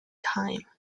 time